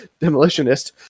demolitionist